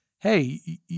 hey